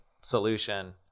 solution